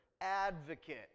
advocate